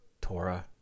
Torah